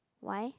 why